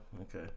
okay